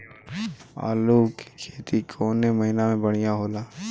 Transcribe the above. आलू क खेती कवने महीना में बढ़ियां होला?